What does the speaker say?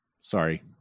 sorry